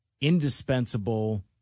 indispensable